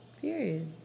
period